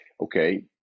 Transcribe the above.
okay